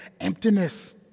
emptiness